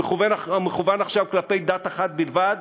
המכוון עכשיו כלפי דת אחת בלבד,